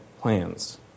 plans